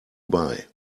buy